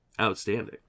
outstanding